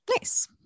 Nice